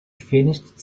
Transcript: finished